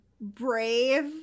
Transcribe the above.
brave